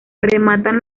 rematan